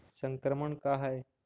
संक्रमण का है?